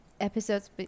episodes